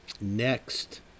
next